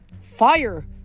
Fire